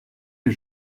les